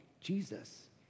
Jesus